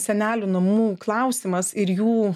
senelių namų klausimas ir jų